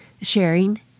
sharing